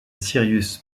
sirius